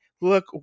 look